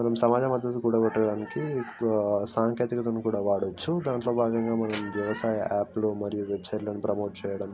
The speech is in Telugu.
మనం సమాజ మద్దతు కూడాగట్టుకోవడానికి సాంకేతికతను కూడా వాడవచ్చు దాంట్లో భాగంగా మనం వ్యవసాయ యాప్లు మరియు వెబ్సైట్లను ప్రమోట్ చేయడం